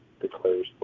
declares